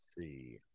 see